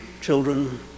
children